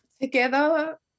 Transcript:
Together